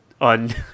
on